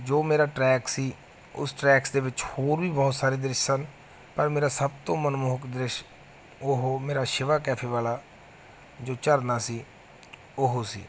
ਜੋ ਮੇਰਾ ਟਰੈਕ ਸੀ ਉਸ ਟਰੈਕਸ ਦੇ ਵਿੱਚ ਹੋਰ ਵੀ ਬਹੁਤ ਸਾਰੇ ਦ੍ਰਿਸ਼ ਸਨ ਪਰ ਮੇਰਾ ਸਭ ਤੋਂ ਮਨਮੋਹਕ ਦ੍ਰਿਸ਼ ਉਹ ਮੇਰਾ ਸ਼ਿਵਾ ਕੈਫੇ ਵਾਲਾ ਜੋ ਝਰਨਾ ਸੀ ਉਹ ਸੀ